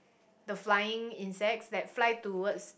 the flying insects that fly towards